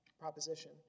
proposition